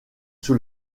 sur